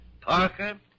Parker